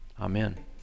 Amen